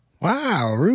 Wow